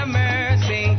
mercy